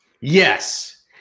Yes